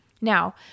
Now